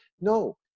no